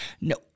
No